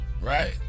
right